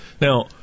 Now